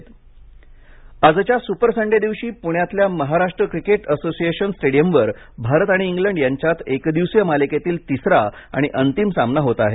cricket आजच्या super Sunday दिवशी पुण्यातल्या महाराष्ट्र क्रिकेट असोसिएशन स्टेडियमवर भारत आणि इंग्लंड यांच्यात एकदिवसीय मालिकेतील तिसरा आणि अंतिम सामना होत आहे